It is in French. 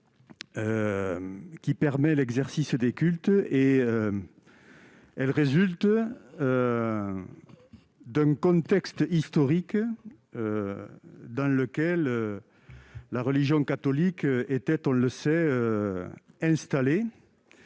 qui permet l'exercice des cultes. Elle résulte d'un contexte historique, dans lequel la religion catholique était installée